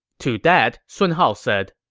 to that, sun hao said,